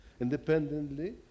independently